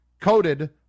coated